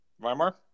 Weimar